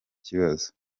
kibazo